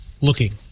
looking